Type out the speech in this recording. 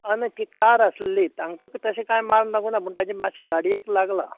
हय मागीर ती कार आसलेली तांकां तशें काय मार लागोना पूण ताजे मातशें गाडयेक लागलां